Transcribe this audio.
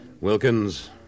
Wilkins